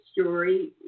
story